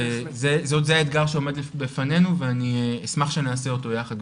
זה האתגר שעומד לפנינו ואני אשמח שנעשה אותו יחד,